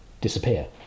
disappear